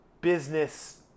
business